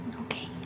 Okay